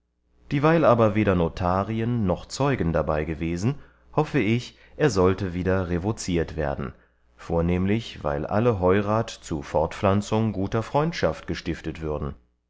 dieweil aber weder notarien noch zeugen dabei gewesen hoffe ich er sollte wieder revoziert werden vornehmlich weil alle heurat zu fortpflanzung guter freundschaft gestiftet würden